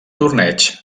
torneig